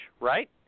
right